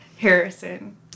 Harrison